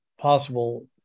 possible